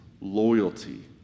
loyalty